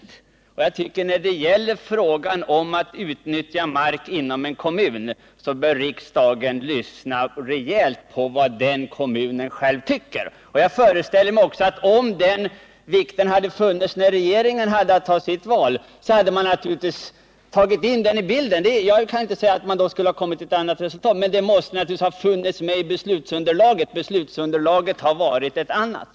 Jag menar att riksdagen i en fråga som gäller hur man skall utnyttja mark inom en viss kommun bör lyssna noga på vad den kommunen själv tycker. Om den vikten hade funnits med när regeringen hade att göra sitt val, hade den naturligtvis tagit in den i avvägningen. Jag kan inte säga att regeringen då skulle ha kommit till ett annat resultat, men beslutsunderlaget hade ändå varit ett annat.